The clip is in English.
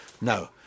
No